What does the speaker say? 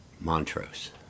Montrose